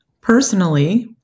Personally